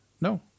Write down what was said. No